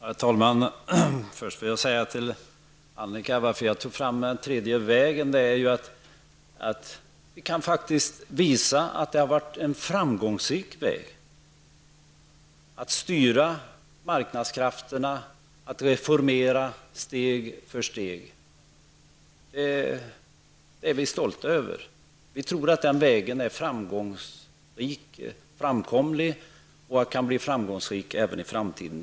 Herr talman! Till Annika Åhnberg vill jag säga att anledningen till att jag berörde den tredje vägen är att vi faktiskt kan visa att det varit en framgångsrik väg -- att styra marknadskrafterna, att reformera steg för steg. Detta är vi stolta över, och vi tror att den vägen är framkomlig och kan bli framgångsrik även i framtiden.